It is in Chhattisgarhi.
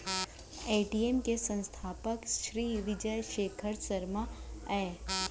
पेटीएम के संस्थापक सिरी विजय शेखर शर्मा अय